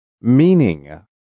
Meaning